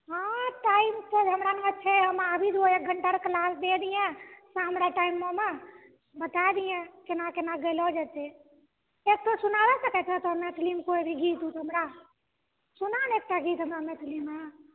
हँ टाइम छै हमरा लगमऽ छै हम आबी जयबौ एक घण्टाके क्लास दए दिहें तऽ हमरा टाइम मे बताय दिहें केना केना गैलो जेतै एक ठो सुनाबऽ सकै छै तोँ मैथिलीमे कोइ भी गीत उत हमरा सुना ने एकटा गीत हमरा मैथिलीमे